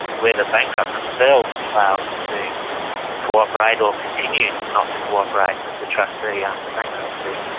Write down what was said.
where the bankrupt themselves fails to cooperate, or continues not to cooperate with the trustee after bankruptcy,